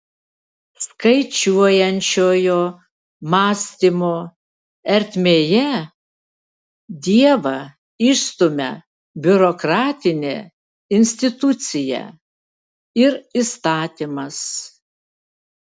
skaičiuojančiojo mąstymo ertmėje dievą išstumia biurokratinė institucija ir įstatymas